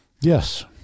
Yes